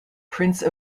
prince